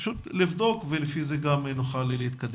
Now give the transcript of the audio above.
פשוט לבדוק ולפי זה גם נוכל להתקדם.